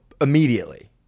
immediately